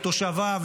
לתושביו,